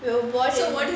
we were born in